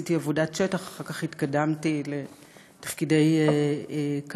עשיתי עבודת שטח ואחר כך התקדמתי לתפקידי כלכלה,